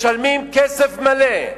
משלמים כסף מלא,